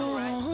right